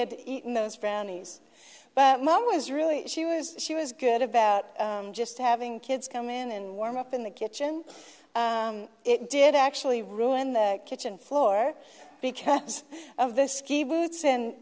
had eaten those franny's but mom was really she was she was good about just having kids come in and warm up in the kitchen it did actually ruin the kitchen floor because of the ski boots in